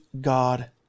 God